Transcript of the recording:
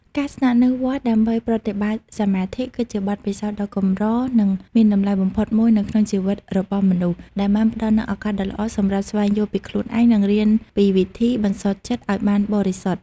ការស្នាក់នៅវត្តដើម្បីប្រតិបត្តិសមាធិគឺជាបទពិសោធន៍ដ៏កម្រនិងមានតម្លៃបំផុតមួយនៅក្នុងជីវិតរបស់មនុស្ស ដែលបានផ្តល់នូវឱកាសដ៏ល្អសម្រាប់ស្វែងយល់ពីខ្លួនឯង និងរៀនពីវិធីបន្សុទ្ធចិត្តឱ្យបានបរិសុទ្ធ។